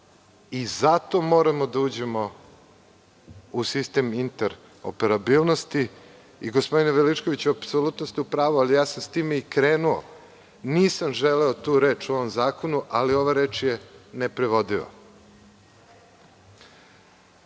i zato moramo da uđemo u sistem interoperabilnosti. Gospodine Veličkoviću, apsolutno ste u pravu, ja sam s time i krenuo. Nisam želeo tu reč u ovom zakonu, ali ova reč je neprevodiva. Kada